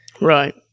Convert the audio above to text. Right